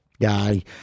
guy